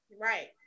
Right